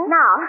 Now